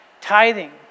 Tithing